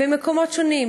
במקומות שונים,